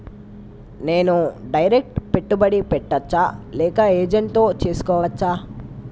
నేను డైరెక్ట్ పెట్టుబడి పెట్టచ్చా లేక ఏజెంట్ తో చేస్కోవచ్చా?